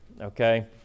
okay